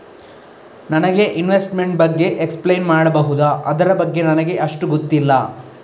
ನನಗೆ ಇನ್ವೆಸ್ಟ್ಮೆಂಟ್ ಬಗ್ಗೆ ಎಕ್ಸ್ಪ್ಲೈನ್ ಮಾಡಬಹುದು, ಅದರ ಬಗ್ಗೆ ನನಗೆ ಅಷ್ಟು ಗೊತ್ತಿಲ್ಲ?